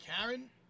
Karen